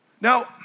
Now